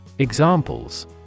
Examples